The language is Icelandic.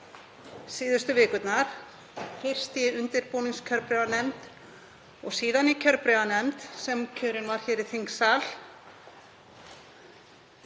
síðustu vikurnar, fyrst í undirbúningskjörbréfanefnd og síðan í kjörbréfanefnd sem kjörin var hér í þingsal.